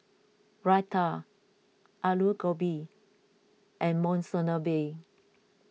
Raita Alu Gobi and Monsunabe